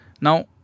Now